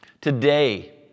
Today